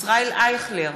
ישראל אייכלר,